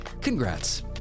congrats